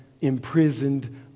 imprisoned